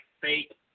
fake